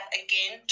again